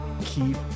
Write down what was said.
Keep